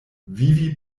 vivi